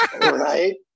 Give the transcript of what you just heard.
Right